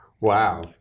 Wow